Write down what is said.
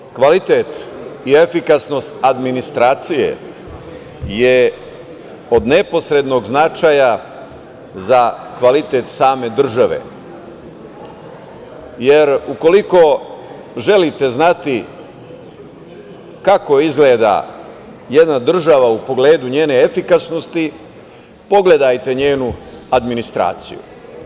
Naime, kvalitet i efikasnost administracije je od neposrednog značaja za kvalitet same države, jer ukoliko želite znati kako izgleda jedna država u pogledu njene efikasnosti, pogledajte njenu administraciju.